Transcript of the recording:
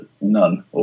none